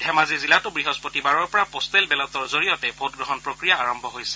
ধেমাজি জিলাতো বৃহস্পতিবাৰৰ পৰা পোট্টেল বেলটৰ জৰিয়তে ভোটগ্ৰহণ প্ৰক্ৰিয়া আৰম্ভ হৈছে